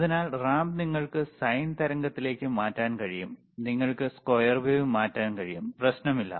അതിനാൽ റാംപ് നിങ്ങൾക്ക് സൈൻ തരംഗത്തിലേക്ക് മാറ്റാൻ കഴിയും നിങ്ങൾക്ക് സ്ക്വയർ വേവ് മാറ്റാൻ കഴിയും പ്രശ്നമില്ല